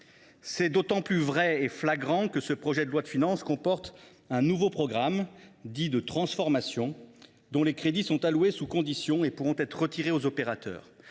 C’est d’autant plus vrai et flagrant que ce projet de loi de finances comporte un nouveau programme, dit de transformation, dont les crédits sont alloués sous conditions et pourront être retirés aux opérateurs.